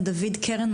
לדוד קרן,